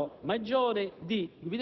Francia 8 milioni.